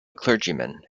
clergyman